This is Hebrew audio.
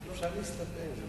אפשר להסתפק.